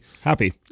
happy